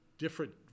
different